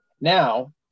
Now